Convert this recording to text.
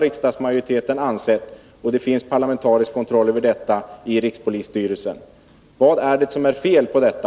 Riksdagsmajoriteten har ansett att de är det. Det finns parlamentarisk kontroll i rikspolisstyrelsen. Vad är det som är fel i detta?